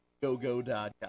gogo.com